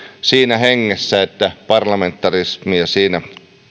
siinä hengessä että parlamentarismia siinä kunnioitetaan